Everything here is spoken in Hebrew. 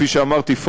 כפי שאמרתי,